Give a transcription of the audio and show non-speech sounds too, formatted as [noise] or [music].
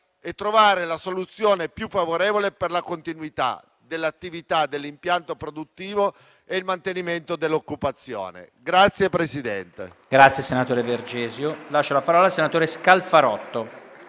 e trovare la soluzione più favorevole per la continuità dell'attività dell'impianto produttivo e il mantenimento dell'occupazione. [applause]